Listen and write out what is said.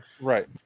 right